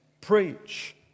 preach